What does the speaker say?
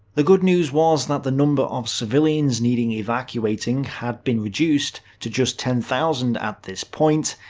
the good news was that the number of civilians needing evacuating had been reduced to just ten thousand at this point.